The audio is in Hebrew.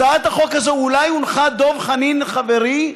הצעת החוק הזאת אולי הונחה, דב חנין, חברי,